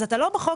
אז אתה לא בחוק.